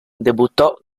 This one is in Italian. debuttò